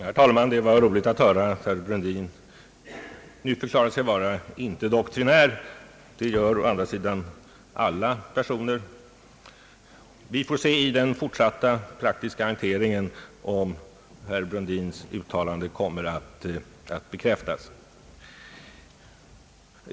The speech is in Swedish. Herr talman! Det var roligt att höra att herr Brundin nu förklarade sig vara inte doktrinär. Det gör å andra sidan alla personer. Vi får i den fortsatta praktiska hanteringen se om herr Brundins uttalande kommer att bekräftas.